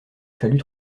fallut